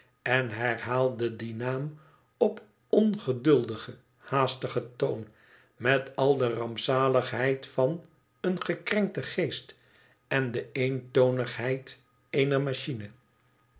en herhaalde dieu naam op ongeduldigen haastigen toon met al de rampzaligheid van een gekrenkten geesten de eentonigheid eener machine